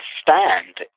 stand